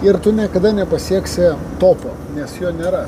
ir tu niekada nepasieksi topo nes jo nėra